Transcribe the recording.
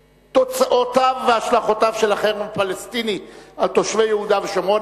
תוצאותיו והשלכותיו של החרם הפלסטיני על תושבי יהודה ושומרון,